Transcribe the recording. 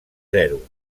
zero